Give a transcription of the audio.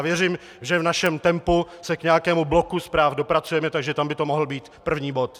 Věřím, že v našem tempu se k nějakému bloku zpráv dopracujeme, takže tam by to mohl být první bod.